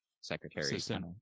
secretary